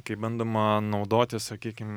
kai bandoma naudotis sakykim